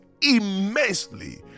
immensely